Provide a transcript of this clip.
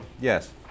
Yes